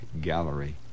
gallery